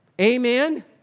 Amen